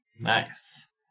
Nice